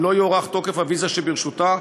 אם לא יוארך תוקף הוויזה שברשותה,